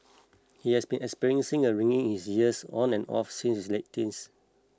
he has been experiencing a ringing in his ears on and off since his late teens